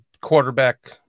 quarterback